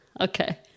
Okay